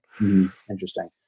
Interesting